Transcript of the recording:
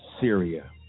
Syria